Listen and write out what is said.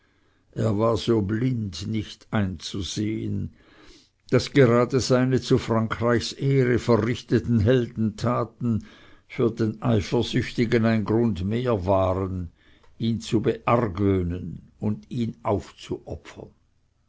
er war so blind nicht einzusehen daß gerade seine zu frankreichs ehre verrichteten heldentaten für den eifersüchtigen ein grund mehr waren ihn zu beargwöhnen und ihn aufzuopfern